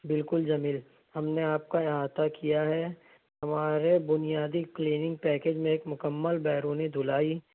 بالکل جمیل ہم نے آپ کا احاطہ کیا ہے ہمارے بنیادی کلیننگ پیکیج میں ایک مکمل بیرونی دھلائی